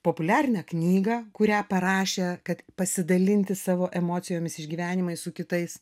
populiarina knygą kurią parašė kad pasidalinti savo emocijomis išgyvenimais su kitais